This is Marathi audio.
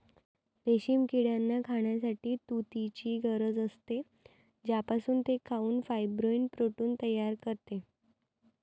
रेशीम किड्यांना खाण्यासाठी तुतीची गरज असते, ज्यापासून ते खाऊन फायब्रोइन प्रोटीन तयार करतात